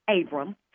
Abram